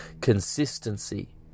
consistency